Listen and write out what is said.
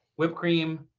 whipped cream,